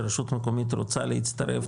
שרשות מקומית רוצה להצטרף,